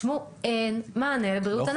תשמעו אין מענה לבריאות הנפש.